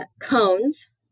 cones